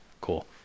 Cool